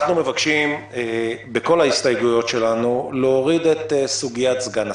אנחנו מבקשים בכל ההסתייגויות שלנו להוריד את סוגיית סגן השר.